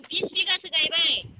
बिस बिघासो गायबाय